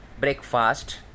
breakfast